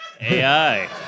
AI